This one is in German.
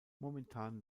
momentan